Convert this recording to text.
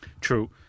True